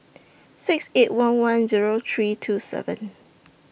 six eight one one Zero three two seven